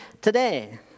today